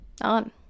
On